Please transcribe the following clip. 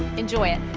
enjoy it.